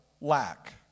lack